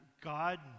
God